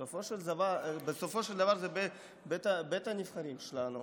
בסופו של דבר זה בית הנבחרים שלנו.